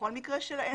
בכל מקרה.